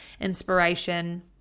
inspiration